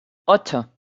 ocho